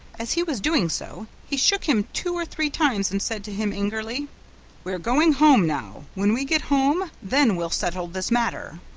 as he was doing so, he shook him two or three times and said to him angrily we're going home now. when we get home, then we'll settle this matter!